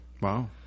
Wow